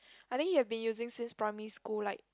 I think he have been using since primary school like